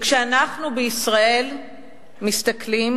כשאנחנו בישראל מסתכלים,